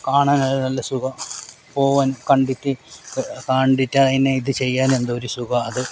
കാണാൻ നല്ല സുഖാ പോകാൻ കണ്ടിട്ട് കണ്ടിട്ട് അതിനെ ഇതു ചെയ്യാൻ എന്തൊരു സുഖാ അത്